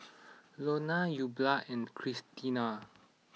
Lonna Eulalia and Christena